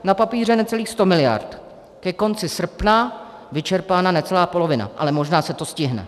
Na papíře necelých 100 mld., ke konci srpna vyčerpána necelá polovina, ale možná se to stihne.